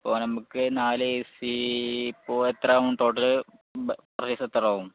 അപ്പോൾ നമുക്ക് നാല് എ സി ഇപ്പോൾ എത്രയാകും ടോട്ടൽ പ്രൈസ് എത്രയാകും